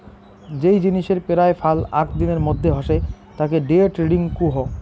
যেই জিনিসের পেরায় ফাল আক দিনের মধ্যে হসে তাকে ডে ট্রেডিং কুহ